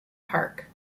park